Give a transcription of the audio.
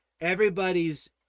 Everybody's